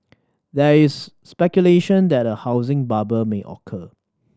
there is speculation that a housing bubble may occur